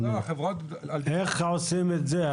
איך עושים את זה.